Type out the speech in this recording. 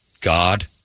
God